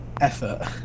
effort